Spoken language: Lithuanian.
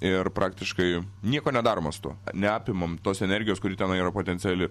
ir praktiškai nieko nedaroma su tuo neapimam tos energijos kuri tenai yra potenciali